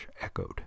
echoed